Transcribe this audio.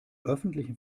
öffentlichen